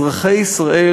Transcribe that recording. אזרחי ישראל,